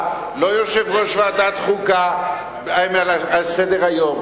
ולא יושב-ראש ועדת חוקה על סדר-היום,